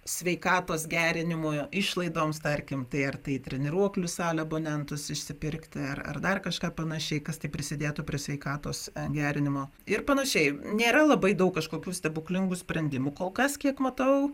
sveikatos gerinimo išlaidoms tarkim tai ar tai į treniruoklių salę abonentus išsipirkti ar dar kažką panašiai kas tai prisidėtų prie sveikatos gerinimo ir panašiai nėra labai daug kažkokių stebuklingų sprendimų kol kas kiek matau